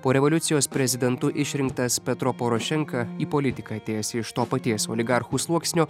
po revoliucijos prezidentu išrinktas petro porošenka į politiką atėjęs iš to paties oligarchų sluoksnio